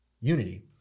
Unity